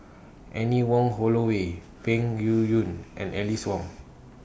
Anne Wong Holloway Peng Yuyun and Alice Ong